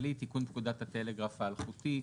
הכלכלית "תיקון פקודת הטלגרף האלחוטי".